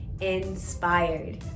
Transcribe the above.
inspired